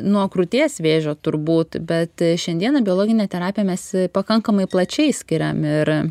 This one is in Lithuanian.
nuo krūties vėžio turbūt bet šiandieną biologinę terapiją mes pakankamai plačiai skiriam ir